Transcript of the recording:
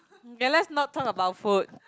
okay let's not talk about food